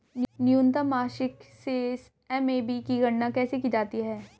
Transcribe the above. न्यूनतम मासिक शेष एम.ए.बी की गणना कैसे की जाती है?